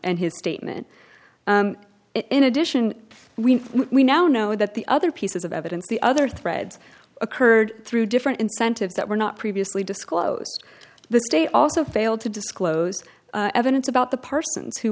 and his statement in addition we we now know that the other pieces of evidence the other threads occurred through different incentives that were not previously disclosed the day also failed to disclose evidence about the person